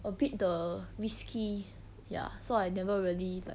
a bit 的 risky ya so I never really like